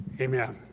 amen